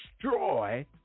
destroy